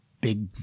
big